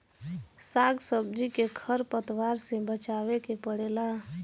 साग सब्जी के खर पतवार से बचावे के पड़ेला